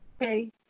Okay